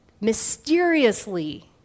mysteriously